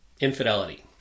Infidelity